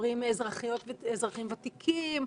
אומרים אזרחיות ואזרחים ותיקים,